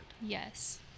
Yes